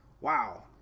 Wow